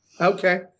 Okay